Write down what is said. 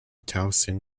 towson